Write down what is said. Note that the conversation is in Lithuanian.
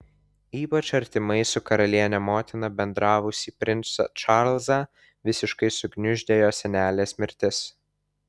ypač artimai su karaliene motina bendravusį princą čarlzą visiškai sugniuždė jo senelės mirtis